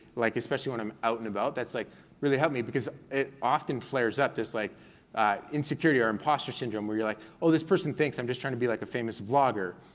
like especially when i'm out and about, that's like really helped me, because it often flares up, just like insecurity or impostor syndrome, where you're like, oh, this person thinks i'm just trying to be like a famous vlogger.